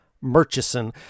Murchison